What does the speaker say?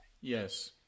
Yes